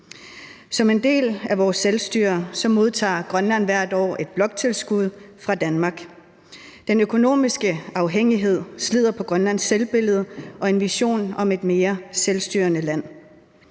Som en del af vores selvstyre modtager Grønland hvert år et bloktilskud fra Danmark. Den økonomiske afhængighed slider på Grønlands selvbillede og en vision om et mere selvstyrende land.